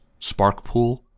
Sparkpool